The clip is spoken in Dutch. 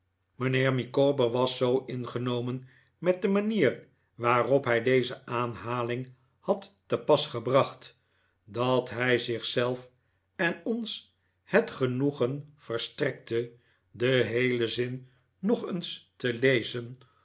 mijnheer micawber was zoo ingenomen met de manier waarop hij deze aanhaling had te pas gebracht dat hij zich zelf en ons het penoegen verstrekte den heelen zin nog eens te lezen